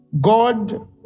God